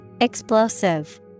Explosive